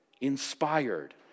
inspired